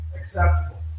acceptable